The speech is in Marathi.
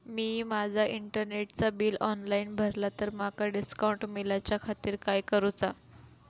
मी माजा इंटरनेटचा बिल ऑनलाइन भरला तर माका डिस्काउंट मिलाच्या खातीर काय करुचा?